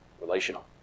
Relational